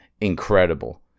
incredible